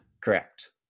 Correct